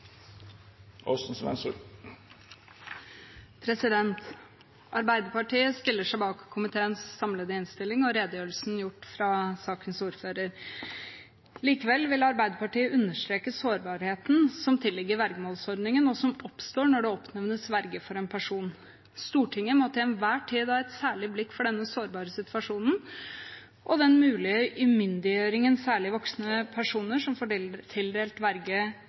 Arbeiderpartiet stiller seg bak komiteens samlede innstilling og redegjørelsen fra sakens ordfører. Likevel vil Arbeiderpartiet understreke sårbarheten som tilligger vergemålsordningen, og som oppstår når det oppnevnes verge for en person. Stortinget må til enhver tid ha et særlig blikk for denne sårbare situasjonen og den mulige umyndiggjøringen særlig voksne personer som får tildelt